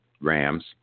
Rams